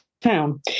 town